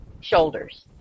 shoulders